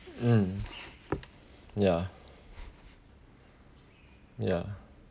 mm ya ya